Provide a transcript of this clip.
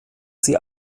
sie